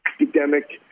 academic